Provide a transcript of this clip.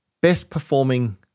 best-performing